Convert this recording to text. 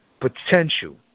potential